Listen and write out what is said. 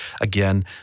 Again